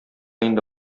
инде